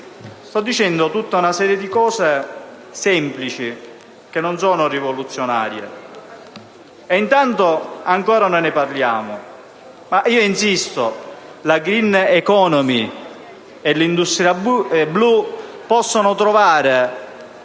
Sto dicendo tutta una serie di cose semplici, non rivoluzionarie, e intanto ancora non ne parliamo. Insisto: con la *green economy* e l'industria blu si possono trovare